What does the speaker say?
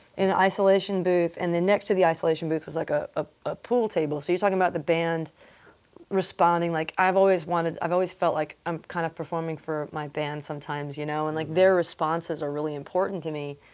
in an isolation booth. and then next to the isolation booth was, like, ah ah a pool table. so you're talking about the band responding, like, i've always wanted i've always felt like i'm kind of performing for my band sometimes, you know? and, like, their responses are really important to me,